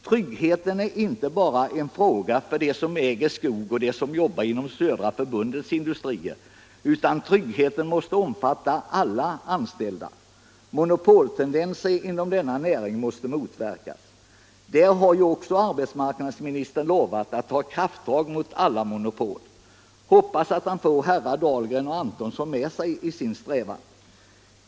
Tryggheten är inte bara en fråga för dem som äger skog och för dem som jobbar inom södra förbundets industrier utan tryggheten måste omfatta alla anställda. Monopoltendenserna inom denna näring måste motverkas. Där har också arbetsmarknadsministern lovat att ta krafttag mot alla monopol. Hoppas att han får herrar Dahlgren och Antonsson med sig i sin strävan.